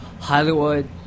Hollywood